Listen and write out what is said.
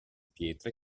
pietre